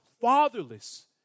fatherless